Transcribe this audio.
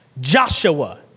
Joshua